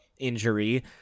Injury